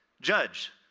judge